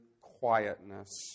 quietness